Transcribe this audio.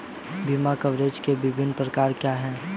बीमा कवरेज के विभिन्न प्रकार क्या हैं?